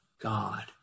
God